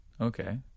Okay